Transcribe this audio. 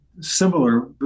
similar